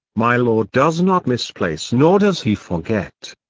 my lord does not misplace nor does he forget.